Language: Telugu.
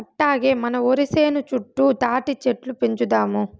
అట్టాగే మన ఒరి సేను చుట్టూ తాటిచెట్లు పెంచుదాము